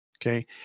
Okay